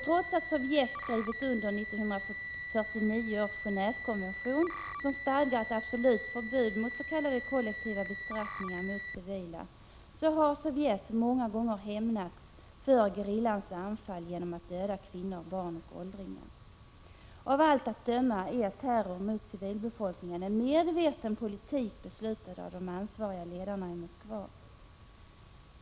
Trots att Sovjet skrivit under 1949 års Genévekonvention, som stadgar ett absolut förbud mot s.k. kollektiva bestraffningar mot civila, har Sovjet många gånger hämnats för gerillans anfall genom att döda kvinnor, barn och åldringar. Av allt att döma är terrorn mot civilbefolkningen en medveten politik, beslutad av de ansvariga ledarna i Moskva.